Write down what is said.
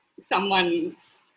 someone's